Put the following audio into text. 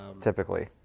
Typically